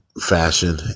fashion